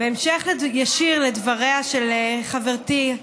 בהמשך ישיר לדבריה של חברתי,